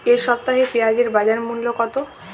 এ সপ্তাহে পেঁয়াজের বাজার মূল্য কত?